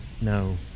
No